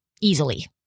easily